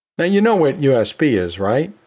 and you know what usb is, right?